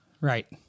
right